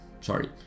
sorry